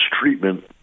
treatment